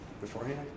beforehand